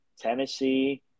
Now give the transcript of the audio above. Tennessee